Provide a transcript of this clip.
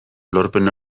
lorpen